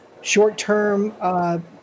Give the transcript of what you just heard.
short-term